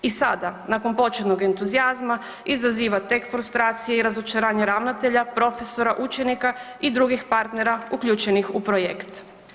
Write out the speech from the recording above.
I sada nakon početnog entuzijazma izaziva tek frustracije i razočaranje ravnatelja, profesora, učenika i drugih partnera uključenih u projekt.